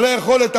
את היכולת.